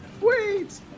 wait